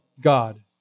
God